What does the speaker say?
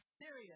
serious